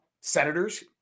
senators